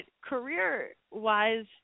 career-wise